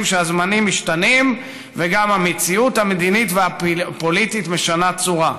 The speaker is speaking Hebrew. שהזמנים משתנים וגם המציאות המדינית והפוליטית משנה צורה.